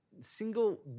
single